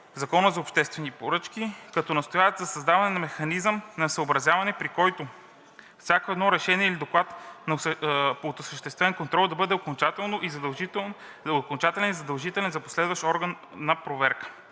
Закона за обществените поръчки, като настояват за създаване на механизъм на съобразяване, при който всяко едно решение или доклад от осъществен контрол да бъде окончателен и задължителен за последващ орган на проверка.